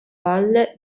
valle